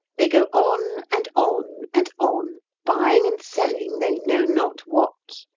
they go on, and on, and on, buying and selling they know not what,